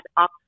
up